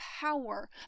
power